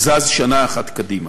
זז שנה אחת קדימה.